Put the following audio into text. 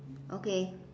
okay